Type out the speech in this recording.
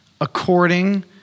According